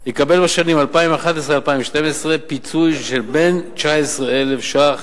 מקרקעי ישראל יקבל בשנים 2011 2012 פיצוי שבין 19,000 ש"ח